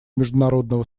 международного